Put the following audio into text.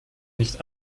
nicht